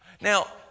Now